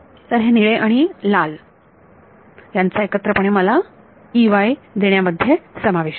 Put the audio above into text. तर हे निळे आणि हे लाल यांचा एकत्रपणे मला देण्यामध्ये समावेश आहे